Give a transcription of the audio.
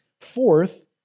Fourth